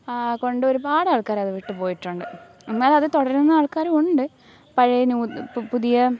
കൊണ്ട് ഒരുപാട് ആൾക്കാർ അത് വിട്ട് പോയിട്ടുണ്ട് എന്നാലും അത് തുടരുന്ന ആൾക്കാരും ഉണ്ട് പഴയ ന്യൂ പുതിയ